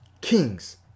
kings